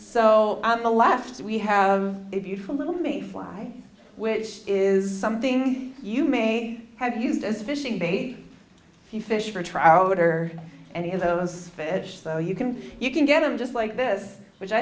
on the left we have a beautiful little me fly which is something you may have used as fishing bait fish for trout or any of those fish though you can you can get them just like this which i